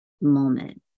moment